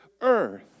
earth